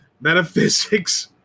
Metaphysics